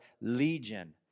legion